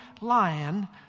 lion